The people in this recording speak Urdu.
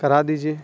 کرا دیجیے